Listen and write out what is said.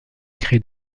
créer